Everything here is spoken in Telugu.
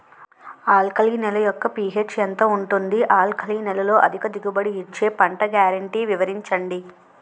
ఆల్కలి నేల యెక్క పీ.హెచ్ ఎంత ఉంటుంది? ఆల్కలి నేలలో అధిక దిగుబడి ఇచ్చే పంట గ్యారంటీ వివరించండి?